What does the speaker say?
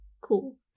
cool